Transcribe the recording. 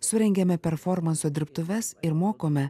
surengiame performanso dirbtuves ir mokome